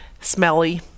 smelly